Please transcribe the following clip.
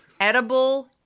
edible